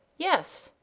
yes.